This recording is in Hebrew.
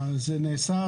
הקודמת.